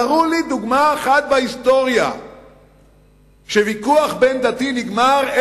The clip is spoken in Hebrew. תראו לי דוגמה אחת בהיסטוריה שוויכוח בין-דתי נגמר,